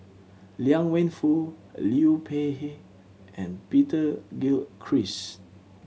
Liang Wenfu Liu Peihe and Peter Gilchrist